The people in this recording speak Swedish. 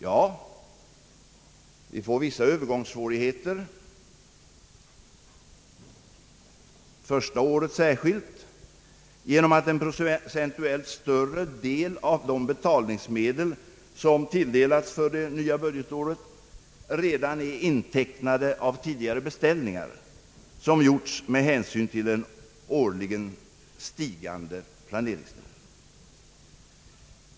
Ja, vi får vissa övergångssvårigheter, särskilt under det första året, genom att en procentuellt större del av de betalningsmedel, som har tilldelats för det nya budgetåret, redan är intecknade av tidigare beställningar, som gjorts med hänsyn till den årligen stigande planeringstrenden.